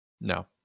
no